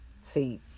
See